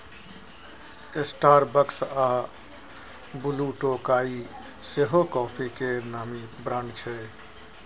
Starbucks आ Blue Tokai सेहो coffee केर नामी ब्रांड छै